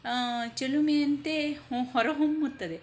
ಚಿಲುಮೆ ಅಂತೆ ಹೊರ ಹೊಮ್ಮುತ್ತದೆ